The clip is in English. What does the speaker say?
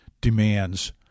demands